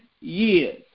years